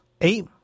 Eight